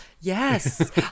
Yes